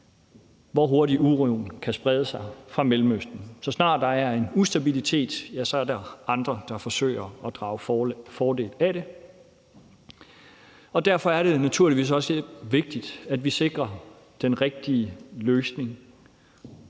hvor hurtigt uroen kan sprede sig fra Mellemøsten. Så snart der er en ustabilitet, er der andre, der forsøger at drage fordel af det. Derfor er det naturligvis også vigtigt, at vi sikrer den rigtige løsning,